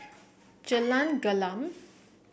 Jalan Gelam